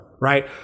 right